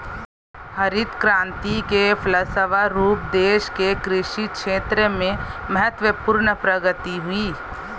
हरित क्रान्ति के फलस्व रूप देश के कृषि क्षेत्र में महत्वपूर्ण प्रगति हुई